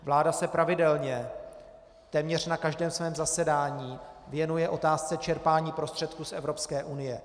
Vláda se pravidelně téměř na každém svém zasedání věnuje otázce čerpání prostředků z Evropské unie.